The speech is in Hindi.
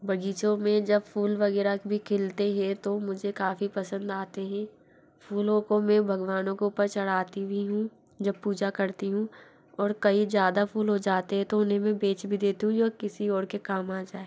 बग़ीचों में जब फूल वग़ैरह कभी खिलते हैं तो मुझे काफ़ी पसंद आते हें फूलों को मैं भगवानों के ऊपर चढ़ाती भी हूँ जब पूजा करती हूँ और कई ज़्यादा फूल हो जाते हें तो उनें में बेच भी देती हूँ जो किसी और के काम आ जाए